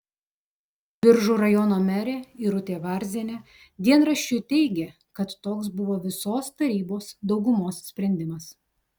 biržų rajono merė irutė varzienė dienraščiui teigė kad toks buvo visos tarybos daugumos sprendimas